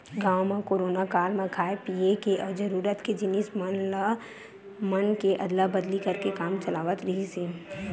गाँव म कोरोना काल म खाय पिए के अउ जरूरत के जिनिस मन के अदला बदली करके काम चलावत रिहिस हे